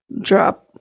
drop